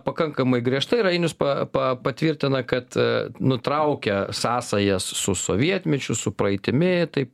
pakankamai griežtai ir ainius pa pa patvirtina kad nutraukia sąsajas su sovietmečiu su praeitimi tai